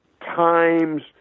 times